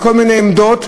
וכל מיני עמדות,